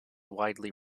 widely